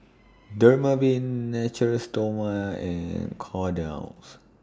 Dermaveen Natura Stoma and Kordel's